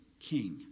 king